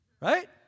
right